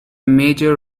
major